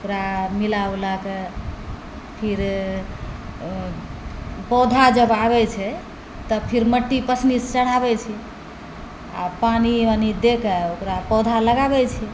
ओकरा मिलाउलाके फिर पौधा जब आबै छै तऽ फिर मट्टी पसनीसँ चढ़ाबै छिए आओर पानी वानी देके ओकरा पौधा लगाबै छिए